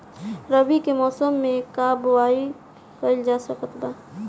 रवि के मौसम में का बोआई कईल जा सकत बा?